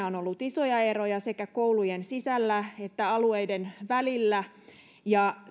on ollut isoja eroja sekä koulujen sisällä että alueiden välillä ja